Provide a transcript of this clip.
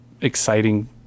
exciting